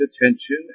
attention